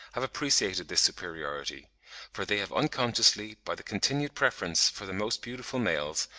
have appreciated this superiority for they have unconsciously, by the continued preference for the most beautiful males,